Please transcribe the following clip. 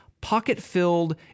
pocket-filled